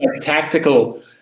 tactical